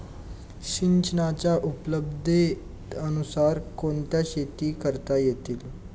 सिंचनाच्या उपलब्धतेनुसार कोणत्या शेती करता येतील?